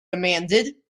demanded